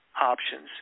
options